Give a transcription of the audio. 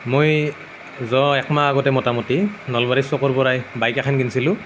মই যোৱা এক মাহ আগতে মোটামুটি নলবাৰী চকৰ পৰা বাইক এখন কিনিছিলোঁ